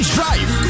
Drive